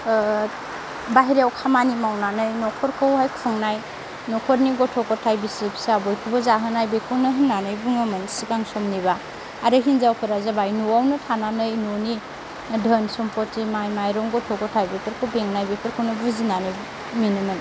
बाहेरायाव खामानि मावनानै न'खरखौहाय खुंनाय न'खरनि गथ' गथाय बिसि फिसा बयखौबो जाहोनाय बेखौनो होननानै बुङोमोन सिगां समनिबा आरो हिनजावफोरा जाबाय न'आवनो थानानै ननि धोन सम्पति नायनाय माइरं गथ' गथाय बेफोरखौ बेंनाय बेफोरौनो बुजिनानै मोनोमोन